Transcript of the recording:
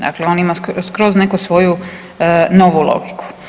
Dakle, on ima skroz neku svoju novu logiku.